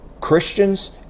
Christians